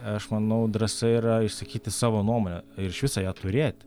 aš manau drąsa yra išsakyti savo nuomonę ir iš viso ją turėti